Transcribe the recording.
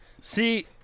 See